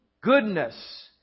goodness